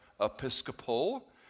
episcopal